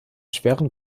schweren